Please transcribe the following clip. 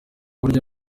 burya